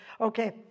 Okay